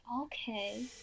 okay